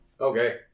Okay